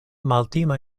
maltima